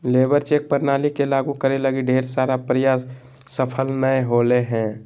labour check प्रणाली के लागु करे लगी ढेर सारा प्रयास सफल नय होले हें